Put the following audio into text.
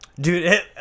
Dude